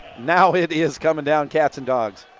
now it is coming down cats and dogs.